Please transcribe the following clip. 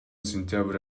сентябрь